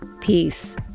Peace